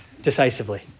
decisively